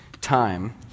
time